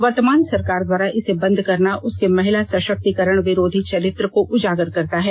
वर्तमान सरकार द्वारा इसे बंद करना उसके महिला सषक्तीकरण विरोधी चरित्र को उजागर करता है